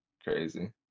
Crazy